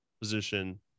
position